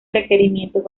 requerimientos